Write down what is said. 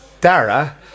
Dara